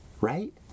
right